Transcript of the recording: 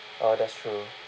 oh that's true